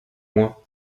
moi